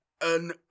An